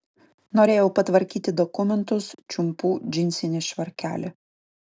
norėjau patvarkyti dokumentus čiumpu džinsinį švarkelį